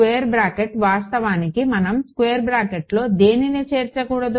square bracket వాస్తవానికి మనం square బ్రాకెట్లో దేనిని చేర్చకూడదు